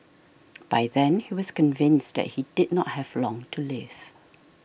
by then he was convinced that he did not have long to live